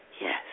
yes